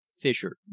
Fisher